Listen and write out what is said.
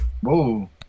Whoa